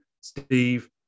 Steve